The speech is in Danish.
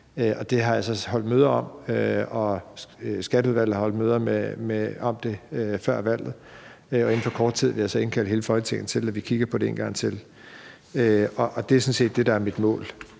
Det har jeg holdt møder om, og Skatteudvalget har holdt møder om det før valget. Inden for kort tid vil jeg så indkalde hele Folketinget til, at vi kigger på det en gang til. Det er sådan set det, der er mit mål: